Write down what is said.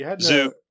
Zoo